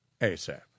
ASAP